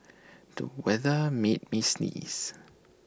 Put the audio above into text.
the weather made me sneeze